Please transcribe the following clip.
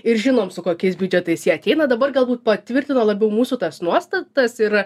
ir žinom su kokiais biudžetais jie ateina dabar galbūt patvirtino labiau mūsų tas nuostatas ir